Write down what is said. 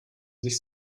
sich